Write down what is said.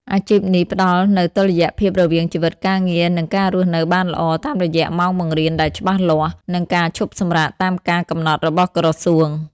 អាជីពនេះផ្តល់នូវតុល្យភាពរវាងជីវិតការងារ និងការរស់នៅបានល្អ តាមរយៈម៉ោងបង្រៀនដែលច្បាស់លាស់ និងការឈប់សម្រាកតាមការកំណត់របស់ក្រសួង។